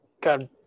God